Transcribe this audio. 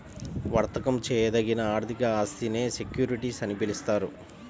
వర్తకం చేయదగిన ఆర్థిక ఆస్తినే సెక్యూరిటీస్ అని పిలుస్తారు